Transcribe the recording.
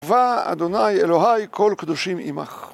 ואדוני אלוהי כל קדושים עמך.